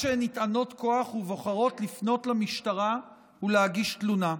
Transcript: ובוחרות לפנות למשטרה ולהגיש תלונה.